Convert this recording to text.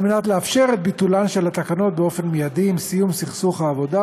כדי לאפשר את ביטול התקנות באופן מיידי עם סיום סכסוך העבודה,